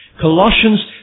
Colossians